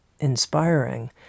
inspiring